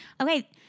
Okay